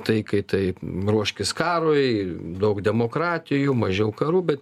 taikai tai ruoškis karui daug demokratijų mažiau karų bet